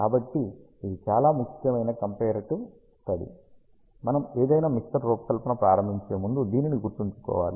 కాబట్టి ఇది చాలా ముఖ్యమైన కంపరేటివ్ స్టడీ మనం ఏదైనా మిక్సర్ రూపకల్పన ప్రారంభించే ముందు దీనిని గుర్తుంచుకోవాలి